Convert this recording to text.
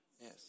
Yes